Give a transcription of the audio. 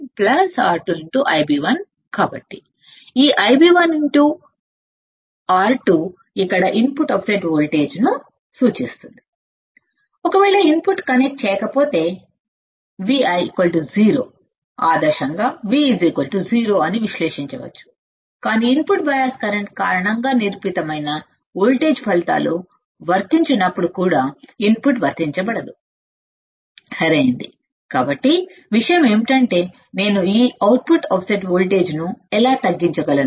కాబట్టి ఈ Ib1 R2 ఇక్కడఇన్పుట్ ఆఫ్సెట్ వోల్టేజ్ ను సూచిస్తుంది ఒఒకవేళ ఇన్పుట్ కనెక్ట్ చేయకపోతే VI 0 ఐడియల్ గా V 0 అని విశ్లేషించవచ్చు కాని ఇన్పుట్ బయాస్ కరెంట్ కారణంగా నిరూపితమైన వోల్టేజ్ ఫలితాలు వర్తించనప్పుడు కూడా ఇన్పుట్ వర్తించబడదు సరియైనది కాబట్టివిషయం ఏంటంటే నేను ఈ అవుట్పుట్ ఆఫ్సెట్ వోల్టేజ్ను ఎలా తగ్గించగలను